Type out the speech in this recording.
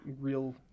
real